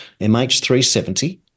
MH370